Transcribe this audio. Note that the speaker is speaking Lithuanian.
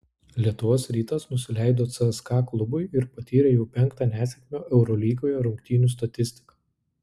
lietuvos rytas nusileido cska klubui ir patyrė jau penktą nesėkmę eurolygoje rungtynių statistika